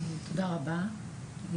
תודה רבה,